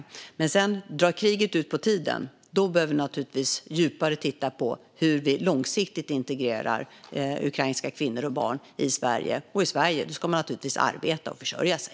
Om kriget drar ut på tiden behöver vi titta djupare på hur vi långsiktigt ska integrera ukrainska kvinnor och barn i Sverige. Här i Sverige ska man naturligtvis arbeta och försörja sig.